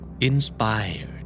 Inspired